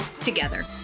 together